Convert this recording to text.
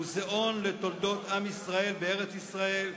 מוזיאון לתולדות עם ישראל בארץ-ישראל,